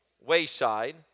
Wayside